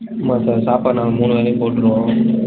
ஆமாம் சார் சாப்பாடு நாங்கள் மூணு வேளையும் போட்டிருவோம்